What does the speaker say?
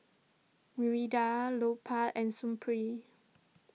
Mirinda Lupark and Supreme